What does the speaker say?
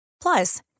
Plus